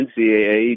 NCAA